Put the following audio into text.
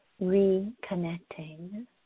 reconnecting